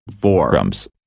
forums